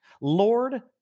Lord